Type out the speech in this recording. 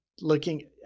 looking